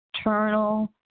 eternal